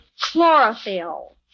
Chlorophyll